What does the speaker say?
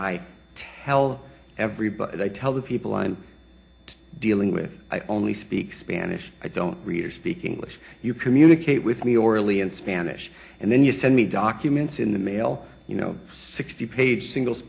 i tell everybody i tell the people i'm dealing with i only speak spanish i don't read or speak english you communicate with me orally in spanish and then you send me documents in the mail you know sixty page singles